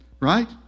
right